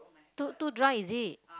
too too dry is it